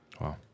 Wow